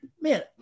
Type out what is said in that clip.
Man